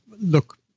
look